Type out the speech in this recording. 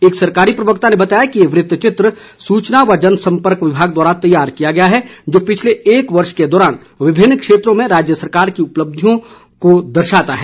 एक सरकारी प्रवक्ता ने बताया कि ये वृतचित्र सूचना व जन संपर्क विभाग द्वारा तैयार किया गया है जो पिछले एक वर्ष के दौरान विभिन्न क्षेत्रों में राज्य सरकार की प्रमुख उपलब्धियों को दर्शाता है